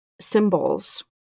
symbols